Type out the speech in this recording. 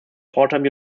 fordham